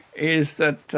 is that